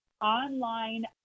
online